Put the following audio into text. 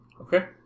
Okay